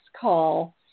call